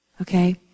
Okay